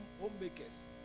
homemakers